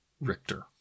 Richter